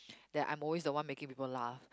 that I'm always the one making people laugh